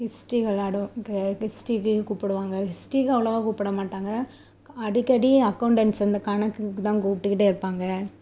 history வெளாடும் கே ஹிஸ்ட்ரிக்கு கூப்பிடுவாங்க ஹிஸ்ட்ரிக்கு அவ்வளோவா கூப்பிடமாட்டாங்க அடிக்கடி அக்கௌண்டண்ஸ் அந்த கணக்குக்கு தான் கூப்பிட்டுக்கிட்டே இருப்பாங்க